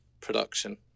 production